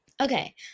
Okay